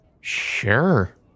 sure